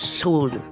sold